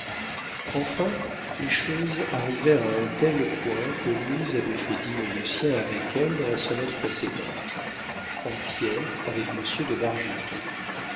enfin les choses arrivèrent à un tel point que louise avait fait dîner lucien avec elle dans la semaine précédente en tiers avec monsieur de